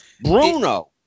Bruno